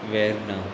Verna